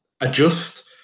adjust